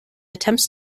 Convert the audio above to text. attempts